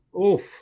Oof